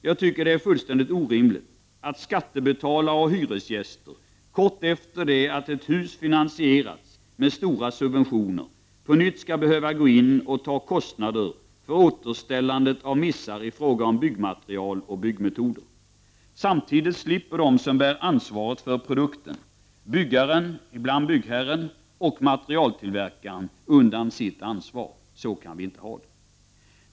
Jag tycker det är fullständigt orimligt att skattebetalare och hyresgäster kort efter det att ett hus finansierats med stora subventioner på nytt skall behöva gå in och ta kostnader för återställandet av missar i fråga om byggmaterial och byggmetoder. Samtidigt slipper de som bär ansvaret för produkten — byggaren, ibland byggherren och materialtillverkaren — undan sitt ansvar. Så kan vi inte ha det.